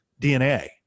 DNA